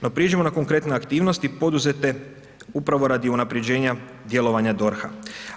No, prijeđimo na konkretne aktivnosti poduzete upravo radi unapređenja djelovanja DORH-a.